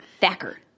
Thacker